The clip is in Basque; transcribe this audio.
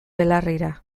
belarrira